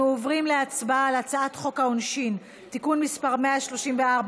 אנחנו עוברים להצעת חוק העונשין (תיקון מס' 134),